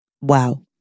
Wow